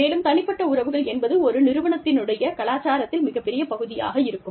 மேலும் தனிப்பட்ட உறவுகள் என்பது ஒரு நிறுவனத்தினுடைய கலாச்சாரத்தில் மிகப்பெரிய பகுதியாக இருக்கும்